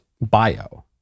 bio